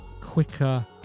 quicker